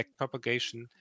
backpropagation